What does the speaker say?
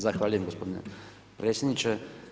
Zahvaljujem gospodine predsjedniče.